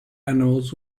animals